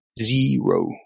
Zero